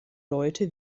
leute